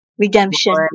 Redemption